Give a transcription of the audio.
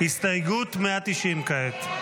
190. הסתייגות 190 כעת.